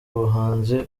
umuhanzi